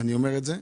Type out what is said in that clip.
אני אומר את זה,